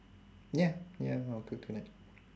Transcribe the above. ya ya I'll cook tonight